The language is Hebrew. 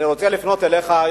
אני רוצה לפנות אליך,